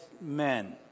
men